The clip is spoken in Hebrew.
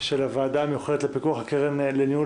של הוועדה המיוחדת לפיקוח על הקרן לניהול